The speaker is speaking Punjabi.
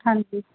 ਹਾਂਜੀ